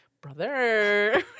brother